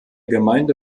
gemeinde